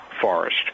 Forest